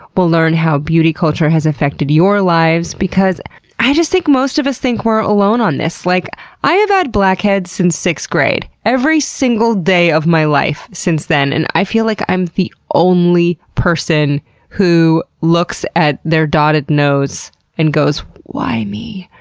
we'll learn how beauty culture has affected your lives because i just think most of us think we're alone on this. like i've had blackheads since sixth grade every single day of my life since then, and i feel like i'm the only person who looks at their dotted nose and goes, why me?